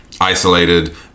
isolated